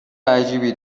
عجیبی